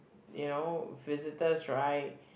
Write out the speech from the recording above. you know visitors right